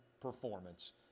performance